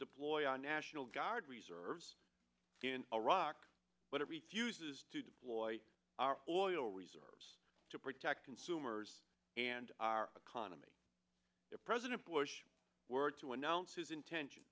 deploy our national guard reserves in iraq what are we uses to deploy our oil reserves to protect consumers and our economy president bush were to announce his intention